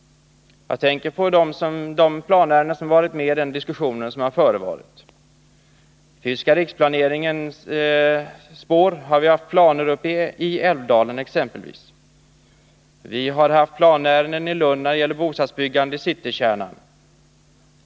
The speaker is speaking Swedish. Jag tänker då på de planärenden som har funnits med i den diskussion som har förevarit. I den fysiska riksplaneringens spår har vi exempelvis behandlat planer från Älvdalen. Vi har också handlagt planärenden som har gällt bostadsbyggande i Lunds citykärna.